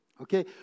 okay